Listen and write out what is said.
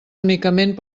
únicament